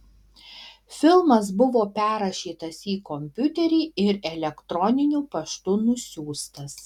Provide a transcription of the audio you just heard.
filmas buvo perrašytas į kompiuterį ir elektroniniu paštu nusiųstas